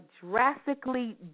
drastically